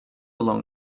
long